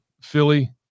Philly